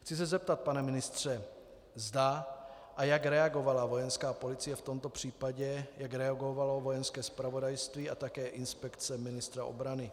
Chci se zeptat, pane ministře, zda a jak reagovala Vojenská policie v tomto případě, jak reagovalo Vojenské zpravodajství a také Inspekce Ministerstva obrany.